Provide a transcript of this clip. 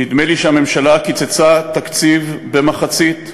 נדמה לי שהממשלה קיצצה תקציב במחצית,